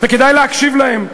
וכדאי להקשיב להם,